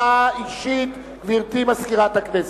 נא לקיים הצבעה אישית, גברתי מזכירת הכנסת.